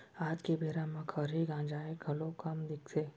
आज के बेरा म खरही गंजाय घलौ कम दिखथे